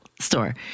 store